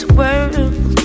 world